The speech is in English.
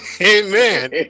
Amen